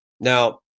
now